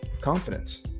confidence